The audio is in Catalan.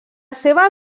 seva